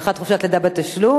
הארכת חופשת לידה בתשלום,